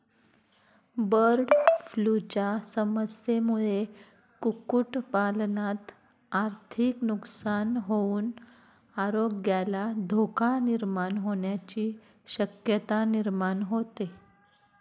बर्डफ्लूच्या समस्येमुळे कुक्कुटपालनात आर्थिक नुकसान होऊन आरोग्याला धोका निर्माण होण्याची शक्यता निर्माण होते